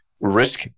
Risk